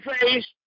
face